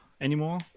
anymore